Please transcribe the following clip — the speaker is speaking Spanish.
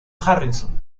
harrison